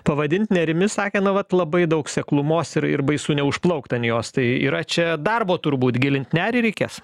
pavadinti nerimi sakė na vat labai daug seklumos ir ir baisu neužplaukti ant jos tai yra čia darbo turbūt gilint nerį reikės